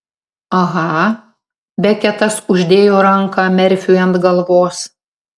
aha beketas uždėjo ranką merfiui ant galvos